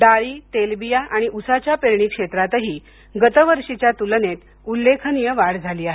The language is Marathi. डाळी तेलबिया आणि ऊसाच्या पेरणी क्षेत्रातही गतवर्षीच्या तुलनेत उल्लेखनीय वाढ झाली आहे